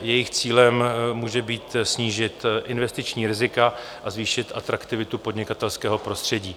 Jejich cílem může být snížit investiční rizika a zvýšit atraktivitu podnikatelského prostředí.